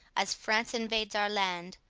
as france invades our land,